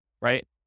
right